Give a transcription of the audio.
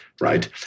right